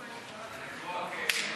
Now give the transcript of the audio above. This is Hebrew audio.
חוק משפחתי אנושי.